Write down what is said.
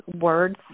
words